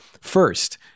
First